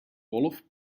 wolf